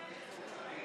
רבותיי,